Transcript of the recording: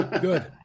good